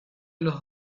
los